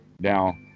Now